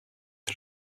est